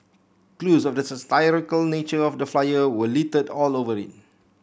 clues of the satirical nature of the flyer were littered all over it